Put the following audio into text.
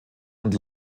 und